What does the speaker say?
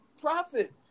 Profit